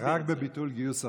רק בביטול גיוס החובה.